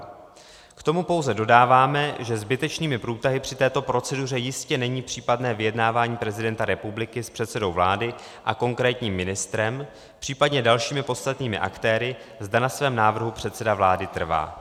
K tomu pouze dodáváme, že zbytečnými průtahy při této proceduře jistě není případné vyjednávání prezidenta republiky s předsedou vlády a konkrétním ministrem, případně dalšími podstatnými aktéry, zda na svém návrhu předseda vlády trvá.